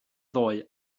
ddoe